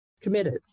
committed